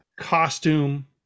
costume